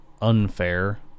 unfair